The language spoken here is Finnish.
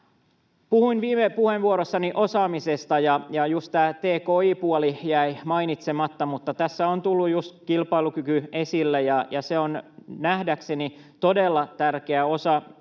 Puhuin viime puheenvuorossani osaamisesta, ja tämä tki-puoli jäi mainitsematta, mutta tässä on tullut just kilpailukyky esille, ja se on nähdäkseni todella tärkeä osa